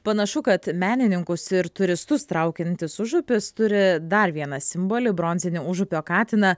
panašu kad menininkus ir turistus traukiantis užupis turi dar vieną simbolį bronzinį užupio katiną